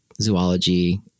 zoology